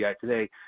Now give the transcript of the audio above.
today